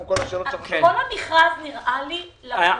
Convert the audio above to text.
המכרז נראה לי לקוי.